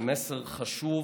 זה מסר חשוב,